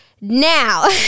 Now